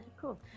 cool